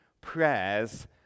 prayers